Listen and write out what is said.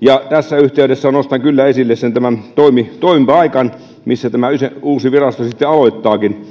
ja tässä yhteydessä nostan kyllä esille tämän toimipaikan missä tämä uusi virasto sitten aloittaakin